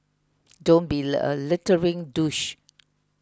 don't be a littering douche